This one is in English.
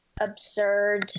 absurd